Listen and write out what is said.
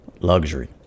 luxury